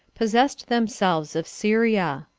possessed themselves of syria.